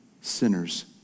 sinners